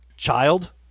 Child